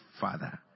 father